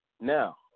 Now